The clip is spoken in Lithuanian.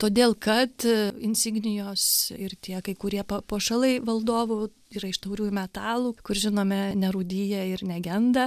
todėl kad insignijos ir tie kai kurie papuošalai valdovų yra iš tauriųjų metalų kur žinome nerūdija ir negenda